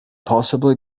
possibly